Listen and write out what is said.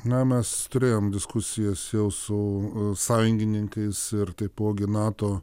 na mes turėjom diskusijas jau su sąjungininkais ir taipogi nato